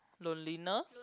loneliness